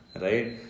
Right